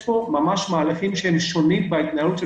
יש פה ממש מהלכים שונים בהתנהלות של